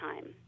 time